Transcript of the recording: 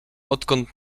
odkąd